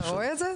אתה רואה את זה?